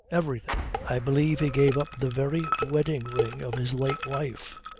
everything! i believe he gave up the very wedding ring of his late wife.